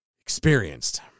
experienced